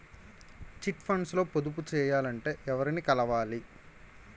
Chit funds లో పొదుపు చేయాలంటే ఎవరిని కలవాలి?